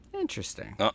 Interesting